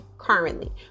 currently